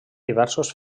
diversos